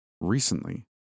recently